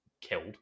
killed